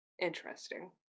interesting